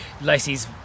Lacey's